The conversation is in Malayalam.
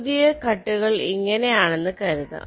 പുതിയ കട്ടുകൾ ഇങ്ങനെ ആണെന്ന് കരുതാം